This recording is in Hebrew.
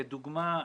כדוגמא,